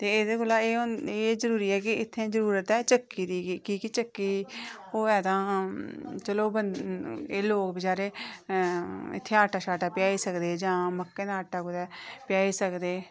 ते एह्दे कोला एह् जरूरी ऐ कि इत्थै जरूरत ऐ चक्की दी की के कि चक्की होऐ ते चलो लोग बचैरे इत्थै आटा शाटा पेहाई सकदे जां मक्कें दा आटा कुतै पेहाई सकदे